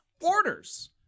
orders